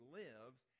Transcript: lives